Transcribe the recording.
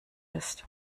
ist